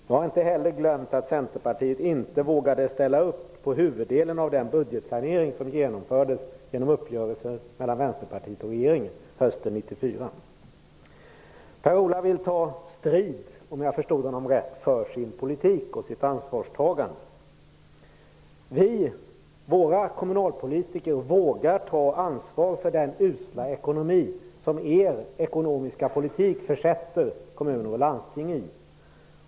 Jag har heller inte glömt att Centerpartiet inte vågade ställa upp på huvuddelen av den budgetsanering som genomfördes genom uppgörelser mellan Vänsterpartiet och regeringen hösten 1994. Om jag förstod Per-Ola Eriksson rätt vill han ta strid för sin politik och sitt ansvarstagande. Våra kommunalpolitiker vågar ta ansvar för den usla ekonomi som er ekonomiska politik försätter kommuner och landsting i.